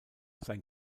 sein